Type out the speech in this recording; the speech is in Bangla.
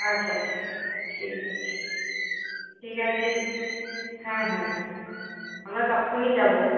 আচ্ছা আচ্ছা ঠিক আছে ঠিক আছে হ্যাঁ হ্যাঁ হ্যাঁ আমরা তখনই যাবো